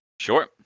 Sure